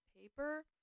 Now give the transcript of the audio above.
paper